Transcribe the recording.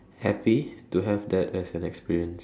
happy to have that as an experience